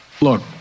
Look